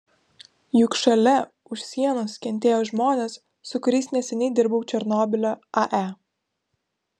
juk šalia už sienos kentėjo žmonės su kuriais neseniai dirbau černobylio ae